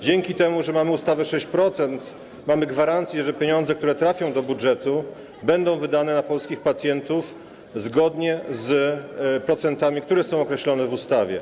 Dzięki temu, że mamy ustawę 6%, mamy gwarancję, że pieniądze, które trafią do budżetu, zostaną wydane na leczenie polskich pacjentów zgodnie z procentami, które zostały określone w ustawie.